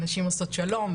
נשים עושות שלום,